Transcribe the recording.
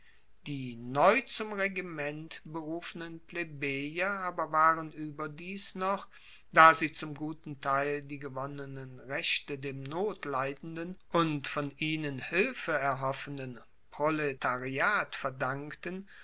die neu zum regiment berufenen plebejer aber waren ueberdies noch da sie zum guten teil die gewonnenen rechte dem notleidenden und von ihnen hilfe erhoffenden proletariat verdankten